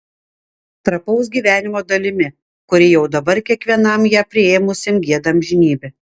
trapaus gyvenimo dalimi kuri jau dabar kiekvienam ją priėmusiam gieda amžinybę